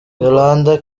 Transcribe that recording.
yolanda